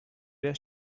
their